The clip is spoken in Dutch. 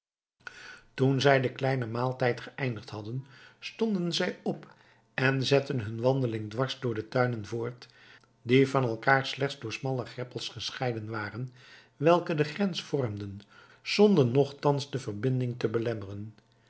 toen zij den kleinen maaltijd geëindigd hadden stonden zij op en zetten hun wandeling dwars door de tuinen voort die van elkaar slechts door smalle greppels gescheiden waren welke de grens vormden zonder nochtans de verbinding te belemmeren